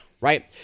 Right